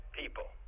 people